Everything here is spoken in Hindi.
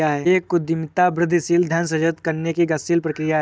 एक उद्यमिता वृद्धिशील धन सृजित करने की गतिशील प्रक्रिया है